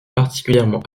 particulièrement